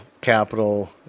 capital